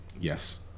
Yes